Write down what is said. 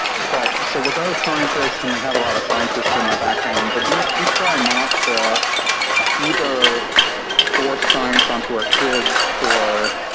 but so we're both scientists, and we have a lot of scientists in our background. but we we try not to either force science onto our kids or